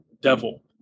devil